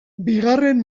bigarren